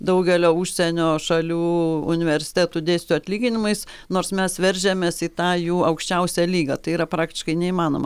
daugelio užsienio šalių universitetų dėstytojų atlyginimais nors mes veržiamės į tą jų aukščiausią lygą tai yra praktiškai neįmanoma